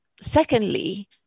secondly